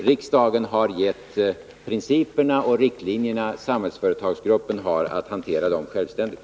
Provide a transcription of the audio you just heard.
Riksdagen har uttalat principerna och gett riktlinjerna, och Samhällsföretagsgruppen har att hantera dem självständigt.